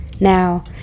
Now